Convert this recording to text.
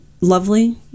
lovely